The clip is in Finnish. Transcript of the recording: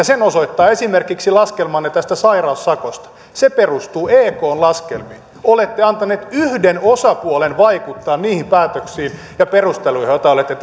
sen osoittaa esimerkiksi laskelmanne tästä sairaussakosta se perustuu ekn laskelmiin olette antaneet yhden osapuolen vaikuttaa niihin päätöksiin ja perusteluihin joita olette